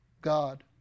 God